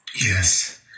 Yes